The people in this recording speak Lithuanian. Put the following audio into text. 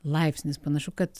laipsnis panašu kad